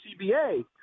CBA